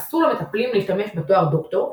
אסור למטפלים להשתמש בתואר "דוקטור",